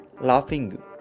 laughing